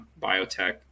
biotech